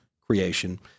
creation